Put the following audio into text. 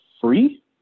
free